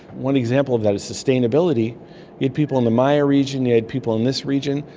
one example of that is sustainability. you had people in the maya region, you had people in this region,